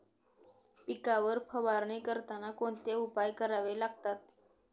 पिकांवर फवारणी करताना कोणते उपाय करावे लागतात?